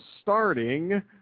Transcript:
starting